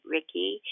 Ricky